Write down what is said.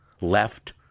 left